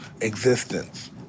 existence